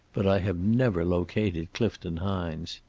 but i have never located clifton hines.